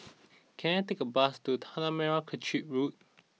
can I take a bus to Tanah Merah Kechil Road